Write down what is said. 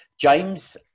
James